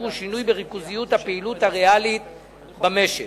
הוא שינוי בריכוזיות הפעילות הריאלית במשק.